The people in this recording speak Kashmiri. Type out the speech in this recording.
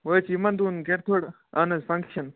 وۄنۍ ٲسۍ یِمن دۄہن گَرِ تھوڑا اَہن حظ فنٛکشن